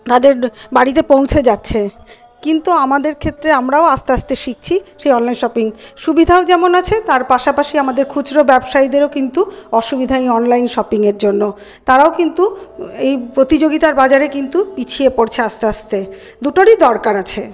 তাদের বাড়িতে পৌঁছে যাচ্ছে কিন্তু আমাদের ক্ষেত্রে আমরাও আস্তে আস্তে শিখছি সেই অনলাইন শপিং সুবিধাও যেমন আছে তার পাশাপাশি আমাদের খুচরো ব্যবসায়ীদেরও কিন্তু অসুবিধা এই অনলাইন শপিংয়ের জন্য তারাও কিন্তু এই প্রতিযোগিতার বাজারে কিন্তু পিছিয়ে পড়ছে আস্তে আস্তে দুটোরই দরকার আছে